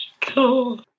cool